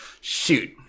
Shoot